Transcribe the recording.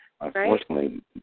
Unfortunately